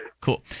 Cool